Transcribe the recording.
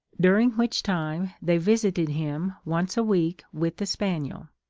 during which time they visited him once a-week with the spaniel,